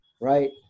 right